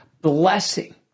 blessing